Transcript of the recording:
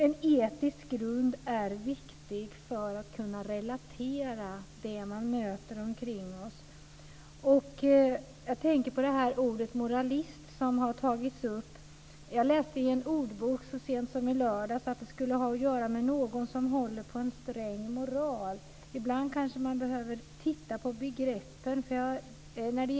En etisk grund är viktig för att vi ska kunna relatera det vi möter omkring oss. Jag tänker på ordet moralist, som har tagits upp. Jag läste i en ordbok så sent som i lördags att det har att göra med någon som håller på en sträng moral. Ibland behöver man kanske titta på begreppen.